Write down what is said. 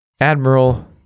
admiral